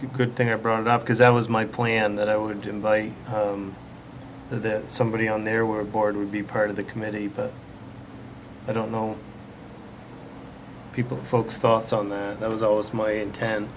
good thing i brought it up because that was my plan that i would invite that somebody on there were a board would be part of the committee but i don't know people folks thoughts on that that was always my inten